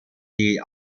die